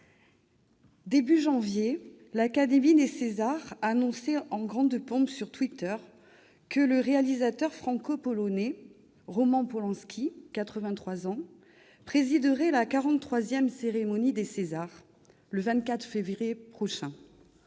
de janvier, l'académie des Césars annonçait en grande pompe sur Twitter que le réalisateur franco-polonais Roman Polanski, 83 ans, présiderait la quarante-deuxième cérémonie des Césars, le 24 février prochain.